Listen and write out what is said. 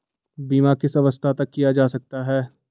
बीमा किस अवस्था तक किया जा सकता है?